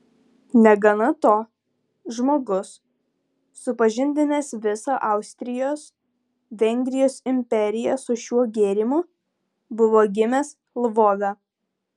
negana to žmogus supažindinęs visą austrijos vengrijos imperiją su šiuo gėrimu buvo gimęs lvove